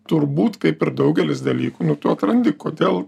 turbūt kaip ir daugelis dalykų nu tu atrandi kodėl